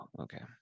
Okay